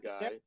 guy